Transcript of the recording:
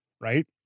Right